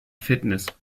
fitness